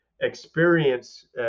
experience